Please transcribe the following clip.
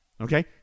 Okay